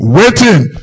waiting